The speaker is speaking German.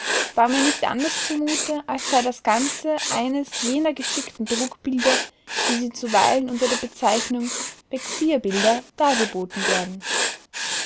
war mir nicht anders zumute als sei das ganze eines jener geschickten trugbilder wie sie zuweilen unter der bezeichnung vexierbilder dargeboten werden